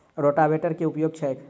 रोटावेटरक केँ उपयोग छैक?